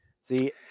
See